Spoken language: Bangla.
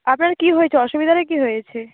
আপনার কি হয়েছে অসুবিধাটা কি হয়েছে